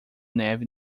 neve